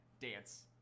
Dance